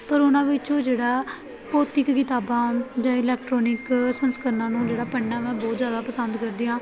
ਪਰ ਉਹਨਾਂ ਵਿੱਚੋ ਜਿਹੜਾ ਭੌਤਿਕ ਕਿਤਾਬਾਂ ਜਿਵੇਂ ਇਲੈਕਟਰੋਨਿਕ ਸੰਸਕਰਨਾਂ ਨੂੰ ਜਿਹੜਾ ਪੜ੍ਹਨਾ ਮੈਂ ਬਹੁਤ ਜ਼ਿਆਦਾ ਪਸੰਦ ਕਰਦੀ ਹਾਂ